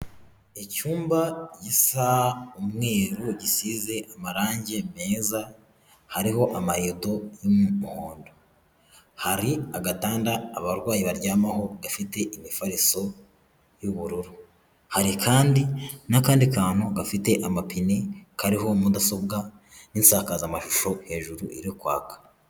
Icyumba gisa umweru gisize amarangi meza hariho amayedo y'umuhondo ,hari agatanda abarwayi baryamaho gafite imifariso y'ubururu, hari kandi n'akandi kantu gafite amapine kariho mudasobwa n'isakazamashusho hejuru iri kwaka.